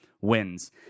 wins